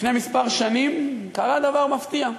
לפני כמה שנים קרה דבר מפתיע: